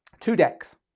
two decks,